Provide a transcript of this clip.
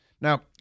Now